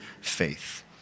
faith